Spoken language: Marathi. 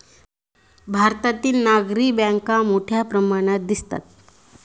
भारतातही नागरी बँका मोठ्या प्रमाणात दिसतात